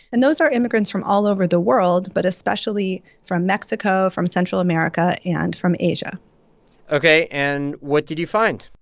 and those are immigrants from all over the world, but especially from mexico, from central america and from asia ok, and what did you find?